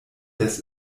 des